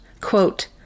quote